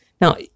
Now